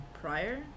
prior